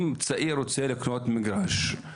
אם צעיר רוצה לקנות מגרש,